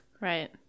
Right